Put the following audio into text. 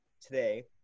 today